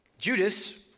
Judas